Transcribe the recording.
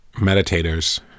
meditators